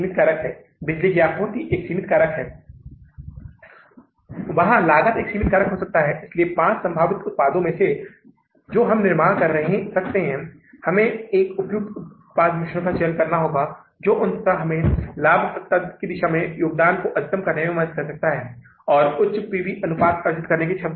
तो शेष बच जाएगा सही है अब 61000 हम मूल के रूप में लौटा रहे हैं फिर इस 61000 पर कितना मूल क्षमा कीजिए ब्याज 10 प्रतिशत की दर से आएगा और यह ब्याज यदि आप 61000 पर 3 महीने की गुणवत्ता अवधि के लिए 10 प्रतिशत की दर से निकालते हैं तो वह राशि कितनी निकलती है पूरा किया आंकड़ा 1530 है